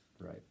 Right